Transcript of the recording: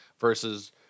versus